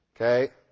Okay